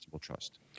trust